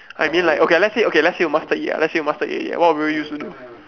I mean like okay lah okay let's say you mastered it let's say you mastered it already what will you use to do